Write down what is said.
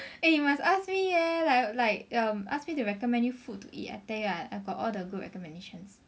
eh must ask me leh like like um ask me to recommend you food to eat I tell you what I got all the good recommendations